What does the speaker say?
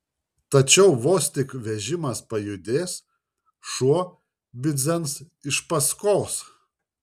tačiau vos tik vežimas pajudės šuo bidzens iš paskos